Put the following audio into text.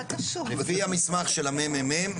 לפי המסמך של הממ"מ,